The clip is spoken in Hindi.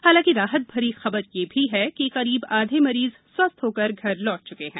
हालांकि राहत भरी खबर ये भी है कि करीब आधे मरीज स्वस्थ हाक्रर घर लौट च्के हैं